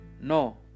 no